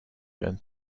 going